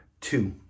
Two